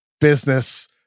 business